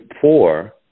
poor